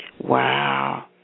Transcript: Wow